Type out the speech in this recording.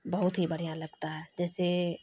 بہت ہی بڑھیا لگتا ہے جیسے